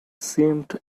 seemed